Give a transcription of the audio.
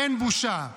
אין בושה.